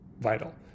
vital